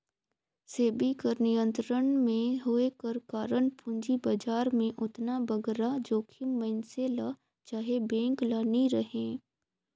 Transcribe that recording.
सेबी कर नियंत्रन में होए कर कारन पूंजी बजार में ओतना बगरा जोखिम मइनसे ल चहे बेंक ल नी रहें